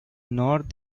not